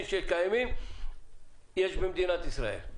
שקיימים במדינת ישראל?